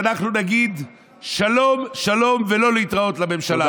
כשאנחנו נגיד שלום שלום ולא להתראות לממשלה הזאת.